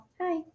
Hi